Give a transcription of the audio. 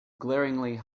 glaringly